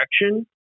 direction